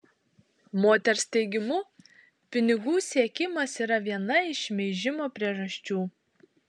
moters teigimu pinigų siekimas yra viena iš šmeižimo priežasčių